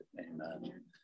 amen